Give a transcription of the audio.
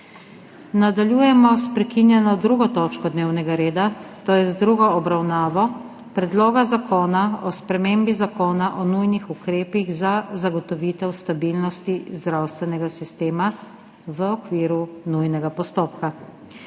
Nadaljujemo sprekinjeno 2. točko dnevnega reda, to je z drugo obravnavo Predloga zakona o spremembi Zakona o nujnih ukrepih za zagotovitev stabilnosti zdravstvenega sistema v okviru nujnega postopka.